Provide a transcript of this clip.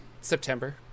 September